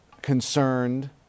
concerned